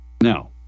Now